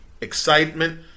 excitement